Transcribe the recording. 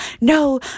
no